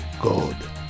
god